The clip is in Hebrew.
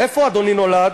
"איפה אדוני נולד?"